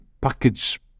Package